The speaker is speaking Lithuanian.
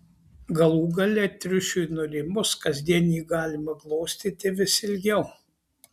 galų gale triušiui nurimus kasdien jį galima glostyti vis ilgiau